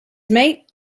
mate